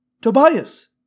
Tobias